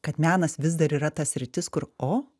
kad menas vis dar yra ta sritis kur o